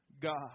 God